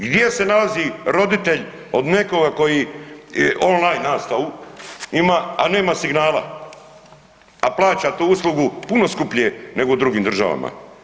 Gdje se nalazi roditelj od nekoga koji online nastavu ima, a nema signala, a plaća tu uslugu puno skuplju nego u drugim državama?